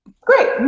Great